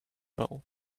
ball